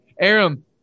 Aram